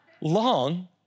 long